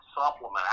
supplement